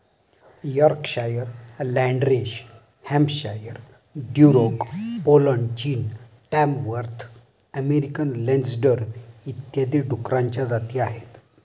Yorkshire, landrace Hampshire, Duroc Poland, चीन, Tamworth American landrace इत्यादी डुकरांच्या जाती आहेत